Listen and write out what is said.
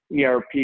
ERP